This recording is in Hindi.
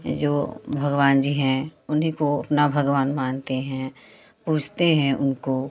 जो भगवान जी हैं उन्हीं को अपना भगवान मानते हैं पूजते हैं उनको